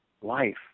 life